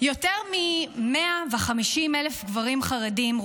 יותר מ-150,000 גברים חרדים,